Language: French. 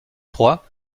trois